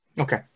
Okay